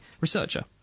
researcher